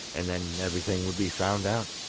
and then everything would be found out.